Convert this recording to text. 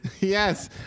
Yes